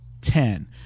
ten